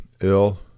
ill